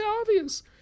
obvious